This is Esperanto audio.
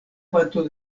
kvanto